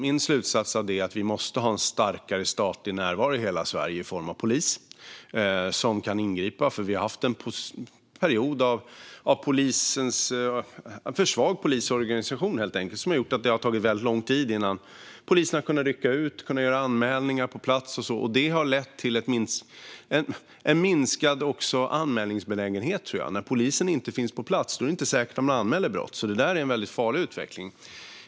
Min slutsats av det är att vi måste ha en starkare statlig närvaro i hela Sverige i form av polis som kan ingripa. Vi har haft en period av för svag polisorganisation, helt enkelt, som har gjort att det har tagit väldigt lång tid innan polisen har kunnat rycka ut, innan man har kunnat göra anmälningar på plats och så vidare. Det tror jag också har lett till en minskad anmälningsbenägenhet. När polisen inte finns på plats är det inte säkert att man anmäler brott. Det är en väldigt farlig utveckling.